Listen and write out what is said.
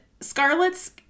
Scarlet's